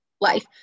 life